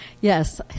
Yes